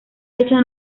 fecha